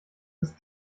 ist